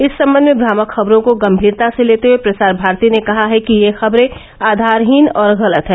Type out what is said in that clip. इस संबंध में भ्रामक खबरों को गंभीरता से लेते हुए प्रसार भारती ने कहा है कि ये खबरें आधारहीन और गलत हैं